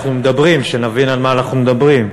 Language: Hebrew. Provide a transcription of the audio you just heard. אנחנו מדברים, שנבין על מה אנחנו מדברים,